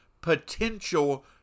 potential